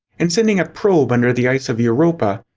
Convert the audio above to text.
and sending a probe under the ice of europa,